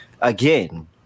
Again